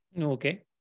Okay